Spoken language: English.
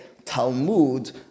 Talmud